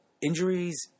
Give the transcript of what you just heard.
injuries